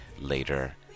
later